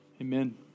Amen